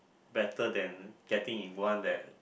better than getting in one that